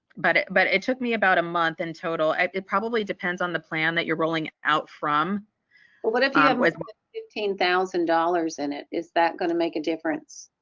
but it but it took me about a month in total. it probably depends on the plan that you're rolling out from what if i was fifteen thousand dollars in it is that going to make a difference?